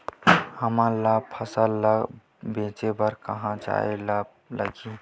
हमन ला फसल ला बेचे बर कहां जाये ला लगही?